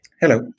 Hello